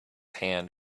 hand